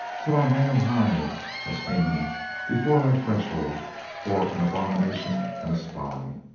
till i hang him high as haman before thy threshold for an abomination and a spy!